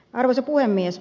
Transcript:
arvoisa puhemies